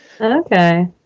Okay